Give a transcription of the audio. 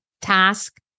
task